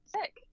sick